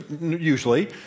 usually